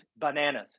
bananas